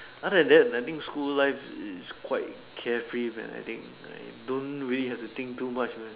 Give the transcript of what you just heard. other than I think school life is quite carefree man I think don't really have to think too much man